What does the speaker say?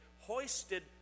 hoisted